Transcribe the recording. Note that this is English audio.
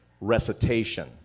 recitation